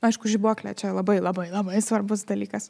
aišku žibuoklė čia labai labai labai svarbus dalykas